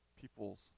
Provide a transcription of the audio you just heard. peoples